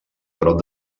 prop